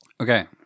Okay